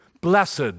Blessed